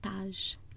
page